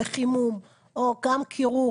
בחימום או גם קירור.